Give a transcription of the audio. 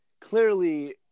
clearly